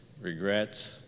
regrets